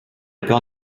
peur